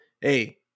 hey